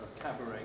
cabaret